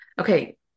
Okay